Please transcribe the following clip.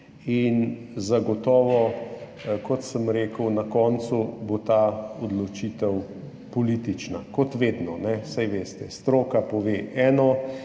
Zagotovo, kot sem rekel, bo na koncu ta odločitev politična. Kot vedno, saj veste, stroka pove eno,